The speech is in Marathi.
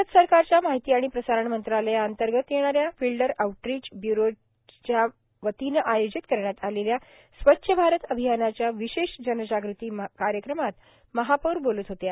भारत सरकारच्या माहिती आणि प्रसारण मंत्रालया अन्तर्गत येणा या फिल्डर आउटरीच ब्यूरोच्याय वतीने आयोजित करण्यात आलेल्या स्वच्छ भारत अभियानाच्या विशेष जनजाग़ती कार्यक्रमात महापौर बोलत होत्या